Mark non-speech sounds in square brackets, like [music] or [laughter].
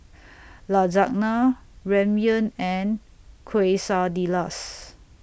[noise] Lasagna Ramyeon and Quesadillas